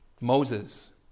Moses